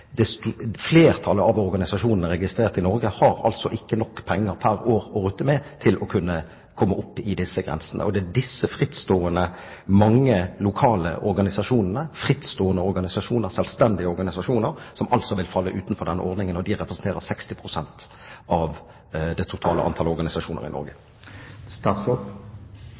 Flertallet av organisasjonene registrert i Norge har altså ikke nok penger pr. år å rutte med til å kunne komme opp i disse beløpene. Det er disse frittstående, mange lokale, organisasjonene – frittstående og selvstendige organisasjoner som vil falle utenfor denne ordningen, og de representerer 60 pst. av det totale antallet organisasjoner i